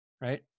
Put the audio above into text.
right